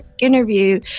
interview